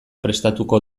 prestatuko